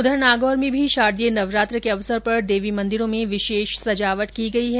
उधर नागौर में भी शारदीय नवरात्रा के अवसर पर देवी मंदिरों में विशेष सजावट की गई है